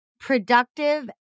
productive